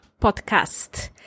podcast